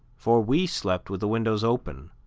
for we slept with the windows open,